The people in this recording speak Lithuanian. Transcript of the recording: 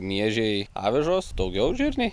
miežiai avižos daugiau žirniai